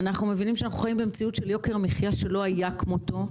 אנחנו מבינים שאנחנו חיים במציאות של יוקר מחייה שלא היה כמותו.